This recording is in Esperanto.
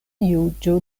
juĝo